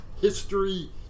history